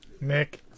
Nick